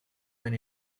when